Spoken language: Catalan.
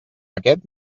aquest